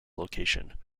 location